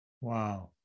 wow